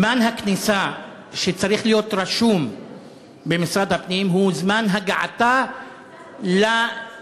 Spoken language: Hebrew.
זמן הכניסה שצריך להיות רשום במשרד הפנים הוא זמן הגעתה לנתב"ג,